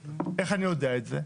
איך אני יודע את זה?